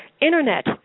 Internet